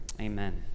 Amen